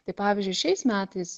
tai pavyzdžiui šiais metais